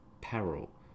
peril